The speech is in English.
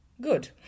Good